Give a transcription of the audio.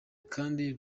kandi